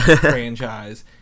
franchise